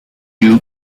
you